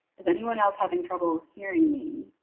is anyone else having trouble hearing me